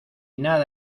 nada